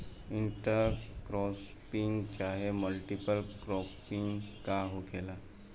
Inter cropping चाहे multiple cropping का होखेला?